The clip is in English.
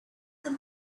them